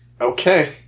Okay